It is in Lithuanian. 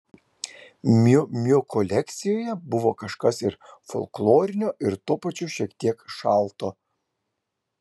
miu miu kolekcijoje buvo kažkas ir folklorinio ir tuo pačiu šiek tiek šalto